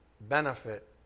benefit